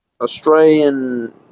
Australian